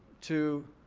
to